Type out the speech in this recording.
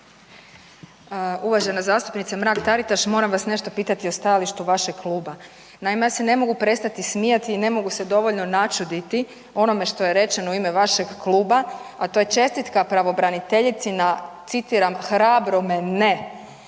Uvažena zastupnice Mrak Taritaš moram vas nešto pitati o stajalištu vašeg kluba. Naime, ja se ne mogu prestati smijati i ne mogu se dovoljno načuditi onome što je rečeno u ime vašeg kluba, a to je čestitka pravobraniteljici na citiram hrabrome ne,